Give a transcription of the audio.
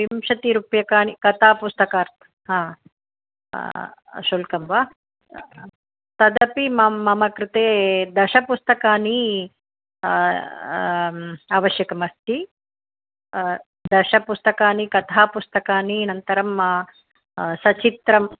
विंशति रूप्यकाणि कथा पुस्तकार्थं हा शुल्कं वा तदपि मम् मम कृते दश पुस्तकानि आवश्यकमस्ति दशपुस्तकानि कथापुस्तकानि अनन्तरं सचित्रं